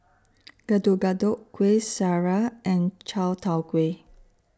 Getuk Getuk Kueh Syara and Chai Tow Kuay